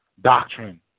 doctrine